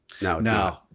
No